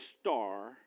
star